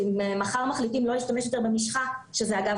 אם מחר מחליטים לא להשתמש יותר במשחה שאגב,